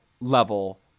level